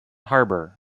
harbor